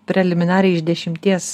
preliminariai iš dešimties